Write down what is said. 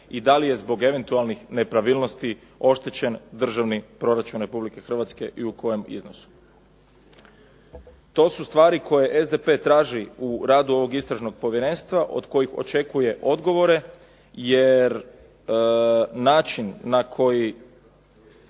i da li je zbog eventualnih nepravilnosti oštećen državni proračun Republike Hrvatske i u kojem iznosu? To su stvari koje SDP traži u radu ovog Istražnog povjerenstva od kojeg očekuje odgovore, jer način na koji